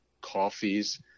coffees